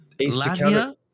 Latvia